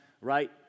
right